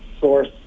source